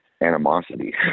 animosity